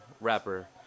rapper